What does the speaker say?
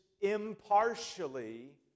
impartially